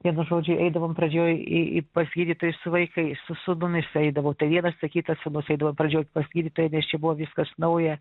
vienu žodžiu eidavom pradžioj į į pas gydytojus su vaikais su sūnumis eidavau tai vienas tai kitas sūnus eidavo pradžioj pas gydytoją nes čia buso viskas nauja